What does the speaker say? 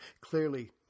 Clearly